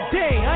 day